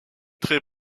très